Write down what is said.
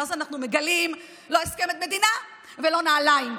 ואז אנחנו מגלים: לא הסכם עד מדינה ולא נעליים,